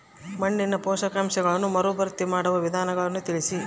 ಮಣ್ಣಿನ ಪೋಷಕಾಂಶಗಳನ್ನು ಮರುಭರ್ತಿ ಮಾಡುವ ವಿಧಾನಗಳನ್ನು ತಿಳಿಸಿ?